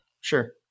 sure